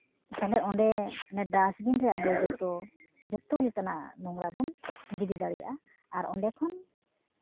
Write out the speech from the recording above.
ᱛᱟᱦᱚᱞᱮ ᱚᱸᱰᱮ ᱰᱟᱥᱴᱵᱤᱱ ᱨᱮ ᱟᱵᱚ ᱡᱚᱛᱚ ᱡᱚᱛᱚ ᱞᱮᱠᱟᱱᱟᱜ ᱱᱳᱝᱨᱟ ᱵᱚᱱ ᱜᱤᱰᱤ ᱫᱟᱲᱮᱭᱟᱜᱼᱟ ᱟᱨ ᱚᱸᱰᱮ ᱠᱷᱚᱱ